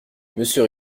monsieur